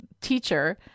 teacher